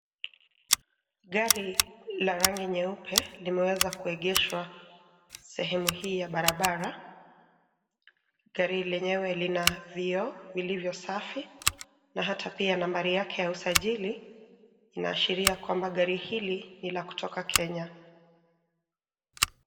Gari la rangi nyeupe limeweza kuegeshwa sehemu hii ya barabara. Gari lenyewe lina vioo vilivyo safi na hata pia nambari yake ya usajili inaashiria kwamba gari hili ni la kutoka Kenya.